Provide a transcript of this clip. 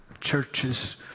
churches